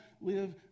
live